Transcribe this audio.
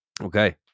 Okay